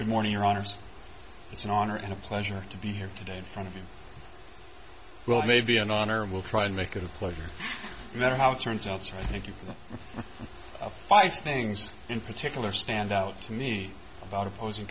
good morning your honor it's an honor and a pleasure to be here today in front of the well maybe an owner will try and make it a pleasure matter how it turns out so i thank you for the five things in particular stand out to me about opposing